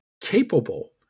capable